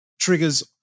triggers